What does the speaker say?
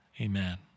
Amen